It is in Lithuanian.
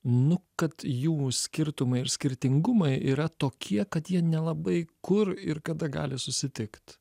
nu kad jų skirtumai ir skirtingumai yra tokie kad jie nelabai kur ir kada gali susitikt